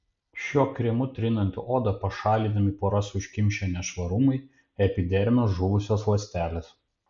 šiuo kremu trinant odą pašalinami poras užkimšę nešvarumai epidermio žuvusios ląstelės